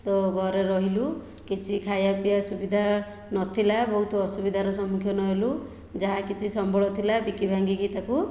ତ ଘରେ ରହିଲୁ କିଛି ଖାଇବା ପିଇବା ସୁବିଧା ନଥିଲା ବହୁତ ଅସୁବିଧାର ସମ୍ମୁଖୀନ ହେଲୁ ଯାହା କିଛି ସମ୍ବଳ ଥିଲା ବିକିଭାଙ୍ଗିକି ତାକୁ